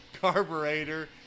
carburetor